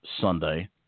Sunday